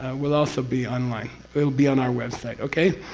will also be online. it will be on our website. okay?